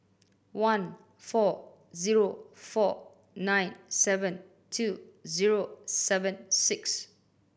one four zero four nine seven two zero seven six